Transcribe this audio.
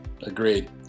Agreed